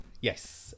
yes